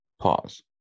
Pause